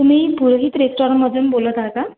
तुम्ही पुरोहित रेस्टॉरंटमधून बोलत आहा का